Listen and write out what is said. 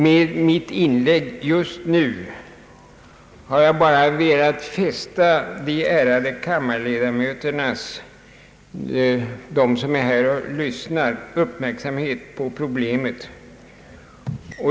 Med mitt inlägg har jag bara velat fästa de ärade kammarledamöternas — deras som är här och lyssnar — uppmärksamhet på problemet.